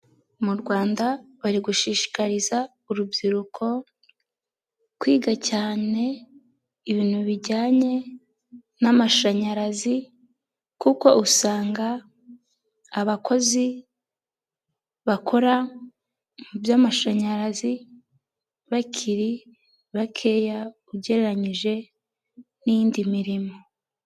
Mu Rwanda bari gushishikariza urubyiruko kwiga cyane ibintu bijyanye n'amashanyarazi kuko usanga abakozi bakora mu by'amashanyarazi bakiri bakeya ugereranyije n'indi mirimo.